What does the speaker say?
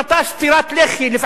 לפעמים יריקה בפרצוף,